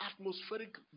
atmospheric